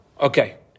Okay